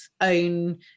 own